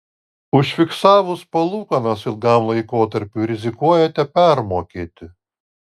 užfiksavus palūkanas ilgam laikotarpiui rizikuojate permokėti